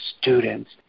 students